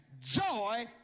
Joy